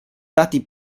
dati